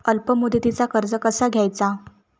अल्प मुदतीचा कर्ज कसा घ्यायचा?